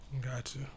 Gotcha